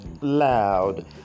Loud